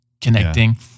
connecting